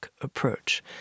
approach